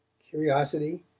curiosity,